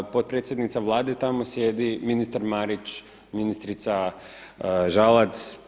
Potpredsjednica Vlade tamo sjedi, ministar Marić, ministrica Žalac.